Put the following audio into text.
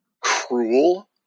cruel